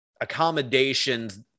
accommodations